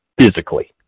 physically